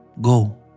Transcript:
Go